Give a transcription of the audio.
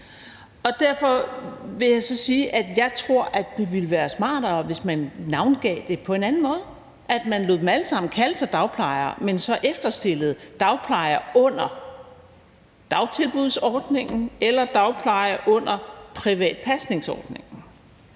Derfor vil jeg så sige, at jeg tror, at det ville være smartere, hvis man navngav det på en anden måde, at man lod dem alle sammen kalde sig dagplejere, men så kaldte dem dagplejer under dagtilbudsordningen eller dagplejer under privat pasningsordning,